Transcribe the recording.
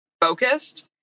focused